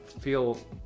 feel